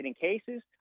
cases